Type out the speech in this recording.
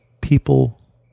people